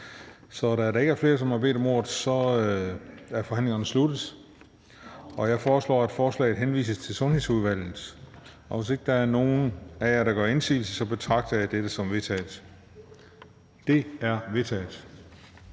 Så da der ikke er flere, som har bedt om ordet, er forhandlingen sluttet. Jeg foreslår, at forslaget til folketingsbeslutning henvises til Sundhedsudvalget. Hvis ikke der er nogen af jer, der gør indsigelse, betragter jeg dette som vedtaget. Det er vedtaget.